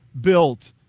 built